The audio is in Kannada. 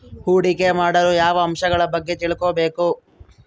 ಹೂಡಿಕೆ ಮಾಡಲು ಯಾವ ಅಂಶಗಳ ಬಗ್ಗೆ ತಿಳ್ಕೊಬೇಕು?